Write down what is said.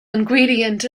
ingredient